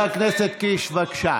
חבר הכנסת קיש, בבקשה.